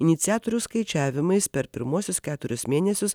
iniciatorių skaičiavimais per pirmuosius keturis mėnesius